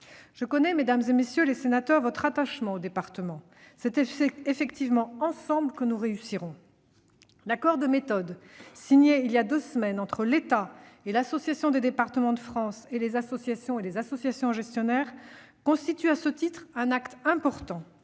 Je connais, mesdames, messieurs les sénateurs, votre attachement aux départements ; c'est effectivement ensemble que nous réussirons. L'accord de méthode signé voilà deux semaines entre l'État, l'Assemblée des départements de France, les fédérations et associations gestionnaires de l'offre médico-sociale constitue à ce titre un acte important,